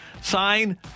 Sign